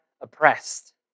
oppressed